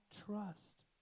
trust